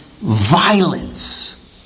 violence